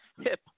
hip